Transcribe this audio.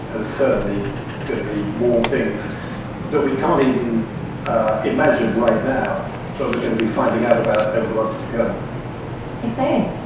ah certainly going to be more things that we can't even imagine right now but we're going to be finding out about over the months to come exciting